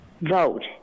vote